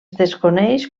desconeix